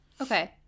Okay